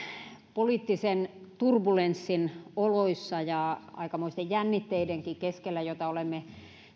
poliittisen turbulenssin oloissa ja aikamoisten jännitteidenkin keskellä joita olemme